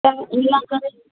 त हिन लाइ करे